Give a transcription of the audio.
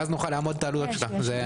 ואז נוכל לאמוד את העלויות שלה.